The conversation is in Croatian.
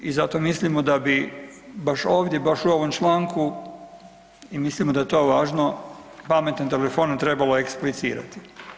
I zato mislimo da bi baš ovdje baš u ovom članku i mislimo da je to važno pametnom telefonu trebalo eksplicirati.